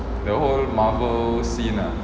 the whole marvel scene